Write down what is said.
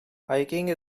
hiking